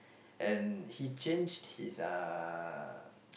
and he changed his uh